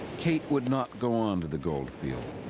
kate would not go on to the goldfields.